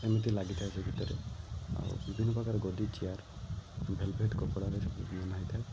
ଏମିତି ଲାଗିଥାଏ ସେ ଭିତରେ ଆଉ ବିଭିନ୍ନ ପ୍ରକାର ଗଦି ଚେୟାର୍ ଭେଲବେଟ୍ କପଡ଼ାର ସବୁ ବନ୍ଧା ହେଇଥାଏ